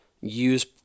use